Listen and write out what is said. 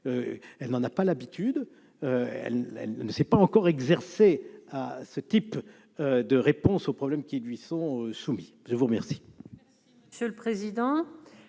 elle n'en a pas l'habitude, elle ne sait pas encore exercer à ce type de réponse aux problèmes qui lui sont soumis, je vous remercie.